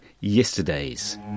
Yesterdays